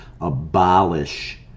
abolish